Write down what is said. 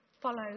follows